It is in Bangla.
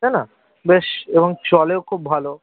তাই না বেশ এবং চলেও খুব ভালো